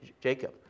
Jacob